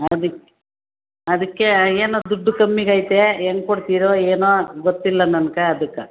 ಅದಕ್ ಅದಕ್ಕೆ ಏನು ದುಡ್ಡು ಕಮ್ಮಿಗೈತೆ ಹೆಂಗ್ ಕೊಡ್ತಿರೋ ಏನೋ ಗೊತ್ತಿಲ್ಲ ನನ್ಗ ಅದಕ್ಕೆ